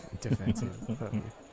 defensive